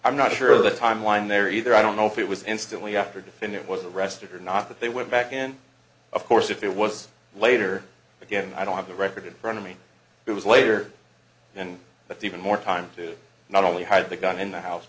i'm not sure of the timeline there either i don't know if it was instantly after definit was the rest or not that they went back and of course if it was later again i don't have the record in front of me it was later then but even more time to not only hide the gun in the house